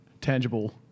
tangible